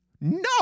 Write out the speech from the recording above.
No